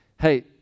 hey